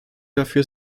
dafür